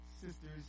sisters